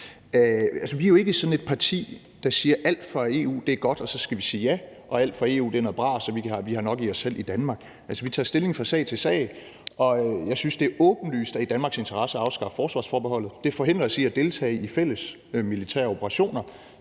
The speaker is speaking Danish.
Vi er jo ikke sådan et parti, der siger, at alt fra EU er godt, og så skal vi sige ja, eller at alt fra EU er noget bras, og at vi har nok i os selv i Danmark. Altså, vi tager stilling fra sag til sag, og jeg synes, at det åbenlyst er i Danmarks interesse at afskaffe forsvarsforbeholdet. Det forhindrer os i at deltage i fælles militære operationer,